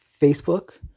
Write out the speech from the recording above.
Facebook